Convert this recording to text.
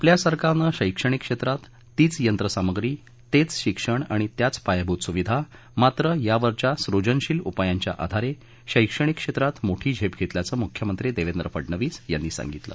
आपल्या सरकारनं शैक्षणिक क्षेत्रात तिच यंत्रसामग्री तेच शिक्षण आणि त्याच पायाभूत सुविधा मात्र यावरील सुजनशील उपायांच्या आधारे शैक्षणिक क्षेत्रात मोठी झेप घेतल्याचं मुख्यमंत्री देवेंद्र फडणवीस यांनी सांगितलं